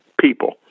people